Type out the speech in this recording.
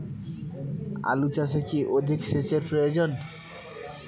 আলু চাষে কি অধিক সেচের প্রয়োজন?